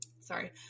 Sorry